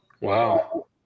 Wow